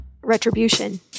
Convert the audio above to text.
retribution